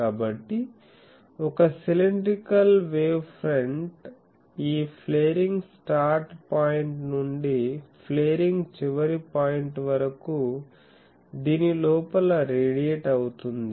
కాబట్టి ఒక cylindrical wave front ఈ ఫ్లేరింగ్ స్టార్ట్ పాయింట్ నుండి ఫ్లేరింగ్ చివరి పాయింట్ వరకు దీని లోపల రేడియేట్ అవుతుంది